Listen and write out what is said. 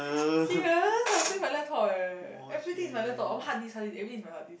serious I will save my laptop eh everything is in my laptop oh hard disk hard disk everything is in my hard disk